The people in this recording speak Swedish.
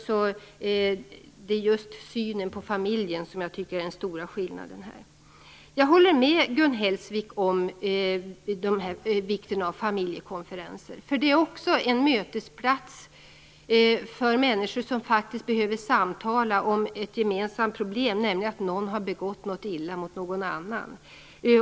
Så det är just synen på familjen som jag tycker är den stora skillnaden. Jag håller med Gun Hellsvik om vikten av familjekonferenser. Det är också en mötesplats för människor som faktiskt behöver samtala om ett gemensamt problem, nämligen att någon har handlat illa mot någon annan.